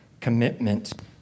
commitment